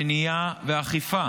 מניעה ואכיפה